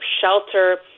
shelter